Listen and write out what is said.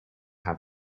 have